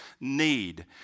need